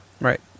right